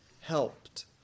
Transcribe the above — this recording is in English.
helped